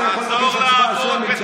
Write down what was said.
אתה יכול להגיד הצבעה שמית,